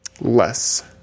Less